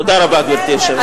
תודה רבה, גברתי היושבת-ראש.